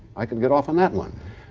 i can get off on that one.